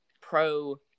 pro